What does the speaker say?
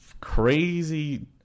crazy